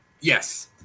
Yes